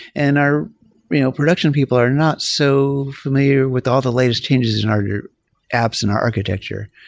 and our you know production people are not so familiar with all the latest changes in our apps and our architecture.